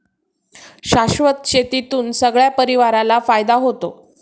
शाश्वत शेतीतून सगळ्या परिवाराला फायदा होतो